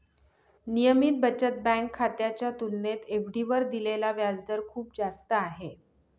नियमित बचत बँक खात्याच्या तुलनेत एफ.डी वर दिलेला व्याजदर खूप जास्त आहे